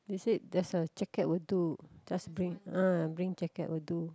they said there's a jacket will do just bring uh bring jacket will do